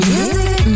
Music